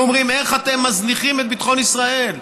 אומרים: איך אתם מזניחים את ביטחון ישראל?